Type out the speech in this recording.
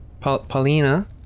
Paulina